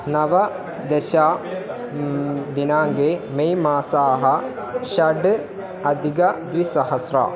नव दश दिनाङ्के मे मासः षडाधिकद्विसहस्रम्